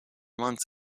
months